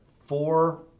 four